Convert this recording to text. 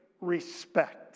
respect